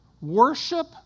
Worship